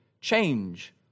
change